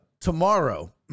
tomorrow